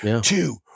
two